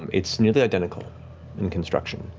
it's nearly identical in construction.